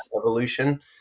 evolution